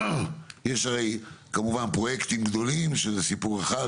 יש הרי כמובן פרויקטים גדולים שזה סיפור אחד,